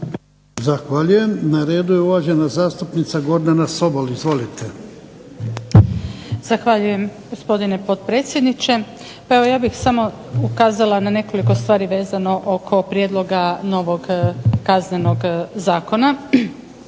Zahvaljujem. Na redu je uvažena zastupnica Gordana Sobol. Izvolite. **Sobol, Gordana (SDP)** Zahvaljujem gospodine potpredsjedniče. Pa evo ja bih samo ukazala na nekoliko stvari vezano oko prijedloga novog Kaznenog zakona.